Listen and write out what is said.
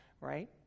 Right